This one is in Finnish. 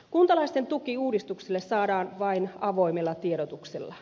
kuntalaisten tuki uudistukselle saadaan vain avoimella tiedotuksella